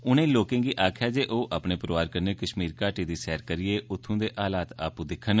उनें लोकें गी आक्खेआ जे ओह् अपने परोआर कन्नै कष्मीर घाटी दी सैर करियै उत्थूं दे हालात आपूं दिक्खन